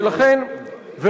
ולכן,